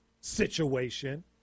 situation